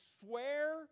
swear